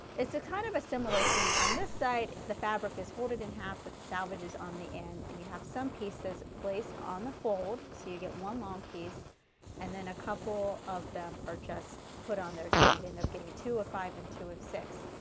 it's a kind of a similar thing, on this side, the fabric is folded in half with the salvages on the end and you have some pieces placed on the fold. so you get one long piece and then a couple of them are just put on there, so you end and up getting two of five and two of six.